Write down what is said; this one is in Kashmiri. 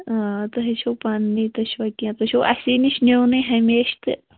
آ تُہۍ ہے چھُو پنٛنۍ تُہۍ چھُوا کیٚنہہ تُہۍ چھُو اَسی نِش نِونٕے ہمیشہٕ تہِ